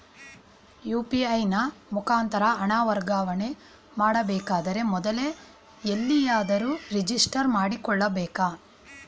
UPI ನ ಮುಖಾಂತರ ಹಣ ವರ್ಗಾವಣೆ ಮಾಡಬೇಕಾದರೆ ಮೊದಲೇ ಎಲ್ಲಿಯಾದರೂ ರಿಜಿಸ್ಟರ್ ಮಾಡಿಕೊಳ್ಳಬೇಕಾ?